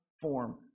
form